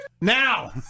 Now